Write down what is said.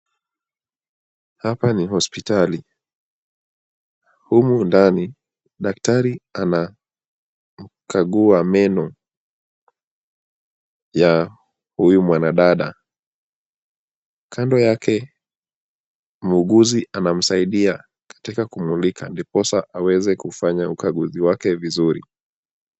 Hapa ni hospitali. Humu ndani, daktari anakagua meno ya huyu mwanadada. Kando yake muuguzi anamsaidia katika kumulika, ndiposa aweze kufanya ukaguzi wake vizuri.